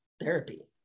therapy